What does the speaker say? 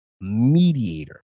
mediator